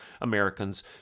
Americans